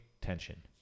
tension